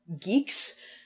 geeks